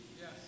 Yes